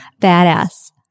badass